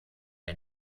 der